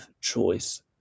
choice